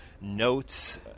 Notes